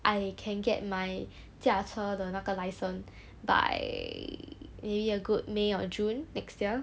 I can get my 驾车的那个 license by maybe a good may or june next year